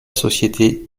société